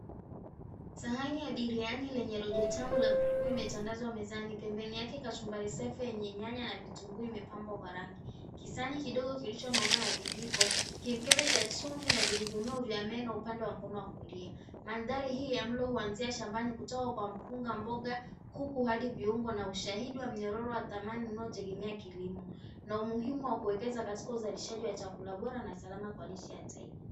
Sahani la biriani lenye rojo tamu la kuku limetandazwa mezani. Pembeni yake kachumbari safi yenye nyanya na vitunguu imepambwa kwa rangi. Kisahani kidogo kilicho na uma na vijiko, kimkebe cha chumvi na vigugumio vya meno upande wa kulia. Mandhari hii ya mlo huanzia shambani kutoka kwa mpunga, mboga, kuku hadi viungo na ushahidi wa mnyororo wa thamani unaotegemea kilimo na umuhimu wa kuekeza katika uzishaji wa chakula bora na salama kwa lishe ya taifa.